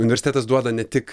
universitetas duoda ne tik